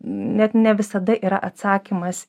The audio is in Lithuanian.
net ne visada yra atsakymas